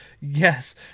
Yes